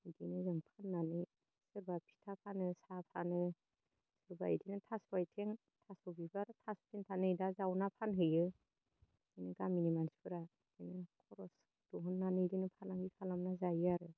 बिदिनो जों थांनानै सोरबा फिथा फानो साहा फानो सोरबा इदिनो थास' आथिं थास' बिबार थस' फेंखा नै दा जावनानै फानहैयो इदिनो गामिनि मानसिफोरा बिदिनो खरस बहनानै इदिनो फालांगि खालामना जायो आरो